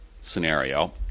scenario